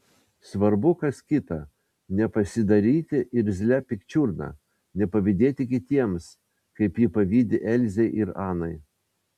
svarbu kas kita nepasidaryti irzlia pikčiurna nepavydėti kitiems kaip ji pavydi elzei ir anai